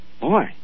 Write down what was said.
Boy